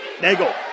Nagel